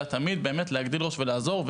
תמיד להגדיל ראש ולעזור.